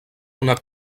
una